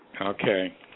Okay